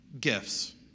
gifts